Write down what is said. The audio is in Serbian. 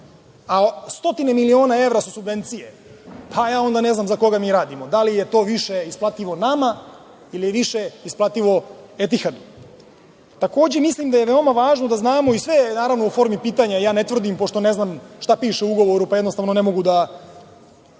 a stotine miliona evra su subvencije pa ja onda ne znam za koga mi radimo? Da li je to više isplativo nama ili je više isplativo „Etihadu“?Takođe mislim da je veoma važno da znamo i sve je u formi pitanja, ja ne tvrdim pošto ne znam šta piše u ugovoru pa ne jednostavno ne mogu da